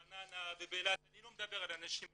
וברעננה ובאילת, אני לא מדבר על האנשים האלה.